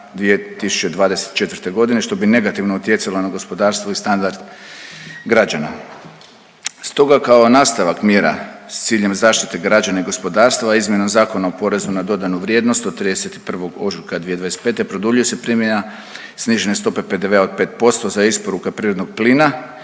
2024.g., što bi negativno utjecalo na gospodarstvo i standard građana. Stoga kao nastavak mjera s ciljem zaštite građana i gospodarstva, izmjenom Zakona o PDV-u od 31. ožujka 2025. produljuje se primjena snižene stope PDV-a od 5% za isporuku prirodnog plina